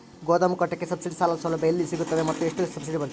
ಗೋದಾಮು ಕಟ್ಟೋಕೆ ಸಬ್ಸಿಡಿ ಸಾಲ ಸೌಲಭ್ಯ ಎಲ್ಲಿ ಸಿಗುತ್ತವೆ ಮತ್ತು ಎಷ್ಟು ಸಬ್ಸಿಡಿ ಬರುತ್ತೆ?